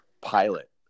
pilot